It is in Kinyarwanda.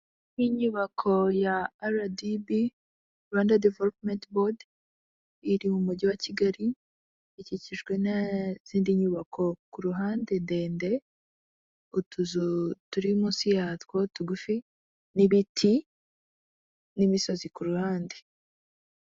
Inyubako ya rdb Rwanda Development Bord iri mu mujyi wa Kigali, ikikijwe n'izindi nyubako ku ruhande ndende utuzu turi munsi yatwo tugufi n'ibiti n'imisozi ku ruhande.